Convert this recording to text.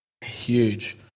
huge